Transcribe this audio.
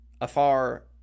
afar